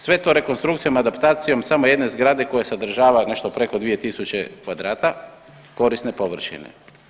Sve to rekonstrukcijom, adaptacijom samo jedne zgrade koja se održava nešto preko 2000 kvadrata korisne površine.